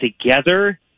together